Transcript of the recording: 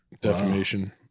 defamation